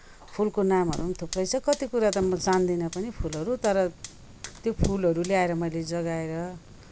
फुलको नामहरू पनि थुप्रै छ कति कुरा त म जान्दिनँ पनि फुलहरू तर त्यो फुलहरू ल्याएर मैले जगाएर